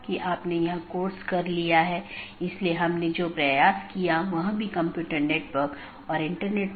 तो AS1 में विन्यास के लिए बाहरी 1 या 2 प्रकार की चीजें और दो बाहरी साथी हो सकते हैं